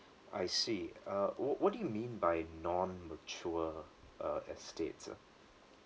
I see uh wh~ what do you mean by non mature uh estates ah